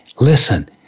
listen